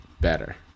better